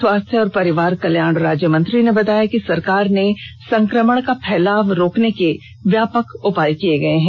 स्वास्थ्य और परिवार कल्याण राज्यमंत्री ने बताया कि सरकार ने संक्रमण का फैलाव रोकने के व्यापक उपाय किए हैं